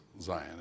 Zion